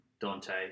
Dante